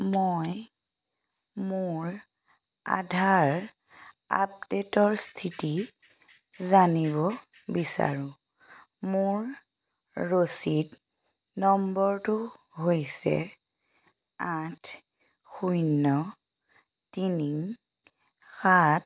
মই মোৰ আধাৰ আপডেটৰ স্থিতি জানিব বিচাৰোঁ মোৰ ৰচিদ নম্বৰটো হৈছে আঠ শূন্য তিনি সাত